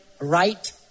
right